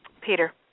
Peter